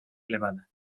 elevada